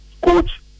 Coach